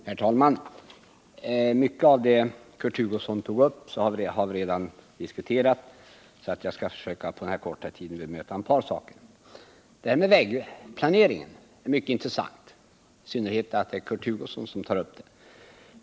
Herr talman! Mycket av det som Kurt Hugosson tog upp har vi redan diskuterat, men jag skall på den korta tid som jag har till förfogande beröra ett par saker. Frågan om vägplaneringen är mycket intressant, och det gäller i synnerhet det förhållandet att just Kurt Hugosson tar upp den.